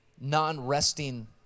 non-resting